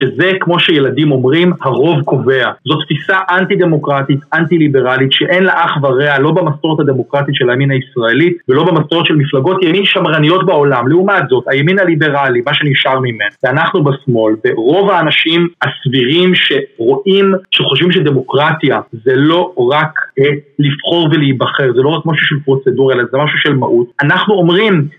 שזה, כמו שילדים אומרים, הרוב קובע. זאת תפיסה אנטי-דמוקרטית, אנטי-ליברלית, שאין לה אח ורע, לא במסורת הדמוקרטית של הימין הישראלית, ולא במסורת של מפלגות ימין שמרניות בעולם. לעומת זאת, הימין הליברלי, מה שנשאר ממנו, ואנחנו בשמאל, רוב האנשים הסבירים שרואים, שחושבים שדמוקרטיה זה לא רק לבחור ולהיבחר, זה לא רק משהו של פרוצדורה, אלא זה משהו של מהות. אנחנו אומרים...